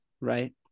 Right